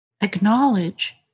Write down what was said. Acknowledge